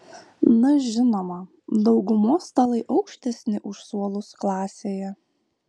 na žinoma daugumos stalai aukštesni už suolus klasėje